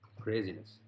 Craziness